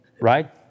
right